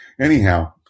anyhow